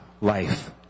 life